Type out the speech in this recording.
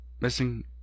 missing